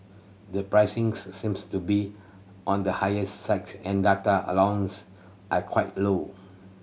the pricing's seems to be on the higher side and data allowances are quite low